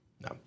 No